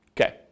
Okay